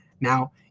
Now